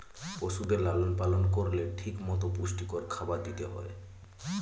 পশুদের লালন পালন করলে ঠিক মতো পুষ্টিকর খাবার দিতে হয়